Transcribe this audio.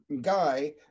guy